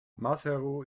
maseru